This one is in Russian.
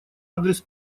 адрес